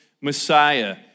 Messiah